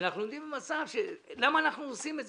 ואנחנו עומדים במצב שלמה אנחנו עושים את זה?